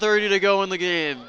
thirty to go in the game